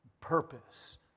purpose